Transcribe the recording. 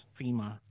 FEMA